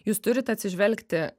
jūs turit atsižvelgti